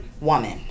woman